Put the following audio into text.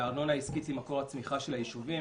והארנונה העסקית היא מקור הצמיחה של היישובים.